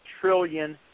trillion